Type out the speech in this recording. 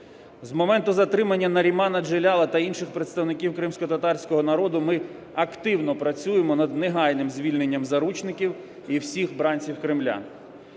З моменту затримання Нарімана Джелялова та інших представників кримськотатарського народу ми активно працюємо над негайним звільненням заручників і всіх бранців Кремля.